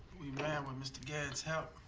we ran with mr. garrett's help.